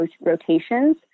rotations